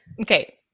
okay